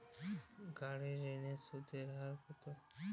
গাড়ির ঋণের সুদের হার কতো?